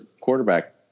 quarterback